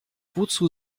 wozu